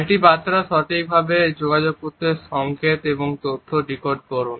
একটি বার্তা সঠিকভাবে যোগাযোগ করতে সংকেত এবং তথ্য ডিকোড করুন